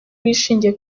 bishingiye